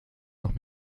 doch